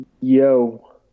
Yo